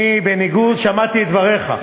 שמעתי את דבריך,